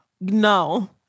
No